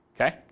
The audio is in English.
okay